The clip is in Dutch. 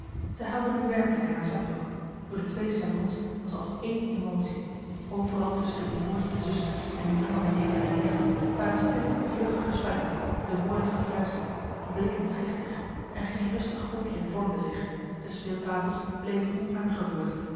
zij huilde nu werkelijk in haar zakdoek door de twee salons was als éene emotie overal tusschen de broêrs en zusters en de jongere neven en nichten waren stille vlugge gesprekken de woorden gefluisterd de blikken schichtig en geen rustig groepje vormde zich de speeltafels bleven